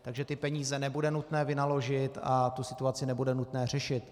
Takže ty peníze nebude nutné vynaložit a tu situaci nebude nutné řešit.